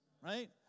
right